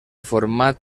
format